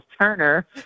Turner